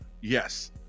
yes